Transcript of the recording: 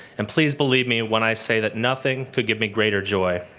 and please believe me when i say that nothing could give me greater joy.